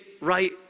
right